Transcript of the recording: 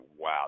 wow